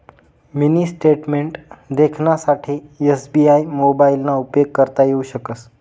mini statement देखानासाठे SBI मोबाइलना उपेग करता येऊ शकस